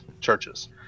churches